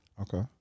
Okay